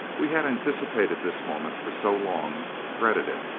we had anticipated this moment for so long, dreaded it.